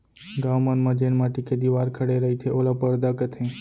गॉंव मन म जेन माटी के दिवार खड़े रईथे ओला परदा कथें